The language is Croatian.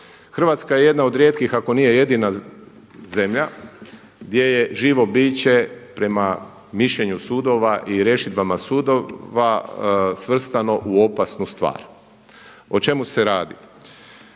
Hrvatska je jedna od rijetkih, ako nije jedina zemlja, gdje je živo biće prema mišljenju sudova i rješidbama sudova svrstano u opasnu stvar. O čemu se radi?